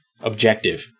objective